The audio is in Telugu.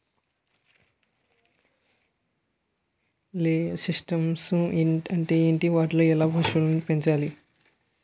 లేయర్ సిస్టమ్స్ అంటే ఏంటి? వాటిలో ఎలా పశువులను పెంచాలి?